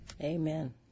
Amen